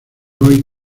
hoy